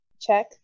Check